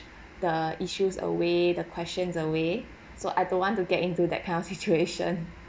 the issues away the questions away so I don't want to get into that kind of situation